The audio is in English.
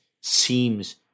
seems